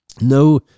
no